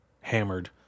hammered